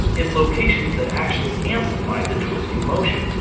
in locations that actually amplify the twisting motion.